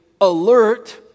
alert